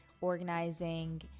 organizing